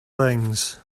things